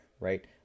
right